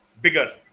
bigger